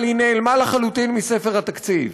אבל היא נעלמה לחלוטין מספר התקציב.